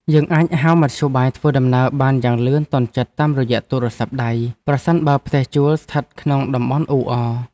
យើងអាចហៅមធ្យោបាយធ្វើដំណើរបានយ៉ាងលឿនទាន់ចិត្តតាមរយៈទូរស័ព្ទដៃប្រសិនបើផ្ទះជួលស្ថិតក្នុងតំបន់អ៊ូអរ។